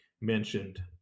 mentioned